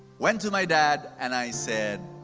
went to my dad and i said,